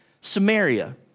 Samaria